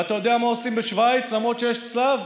ואתה יודע מה עושים בשווייץ, למרות שיש צלב?